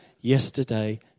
yesterday